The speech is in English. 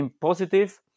positive